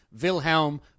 Wilhelm